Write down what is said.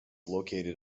located